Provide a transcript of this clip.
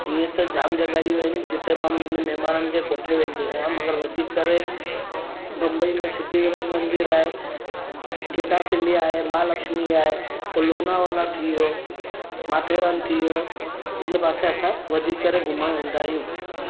ईअं त जाम जॻहियूं आहिनि जिते मां हुंहिंजे महिमाननि खे कोठे वेंदो आहियां मगर वधीक करे बम्बई में सिद्धि विनायक मंदिर आहे गेट ऑफ़ इंडिया आहे महालक्ष्मी आहे पोइ लोनावला थी वियो माथेरान थी वियो हिन पासे असां वधी करे घुमणु वेंदा आहियूं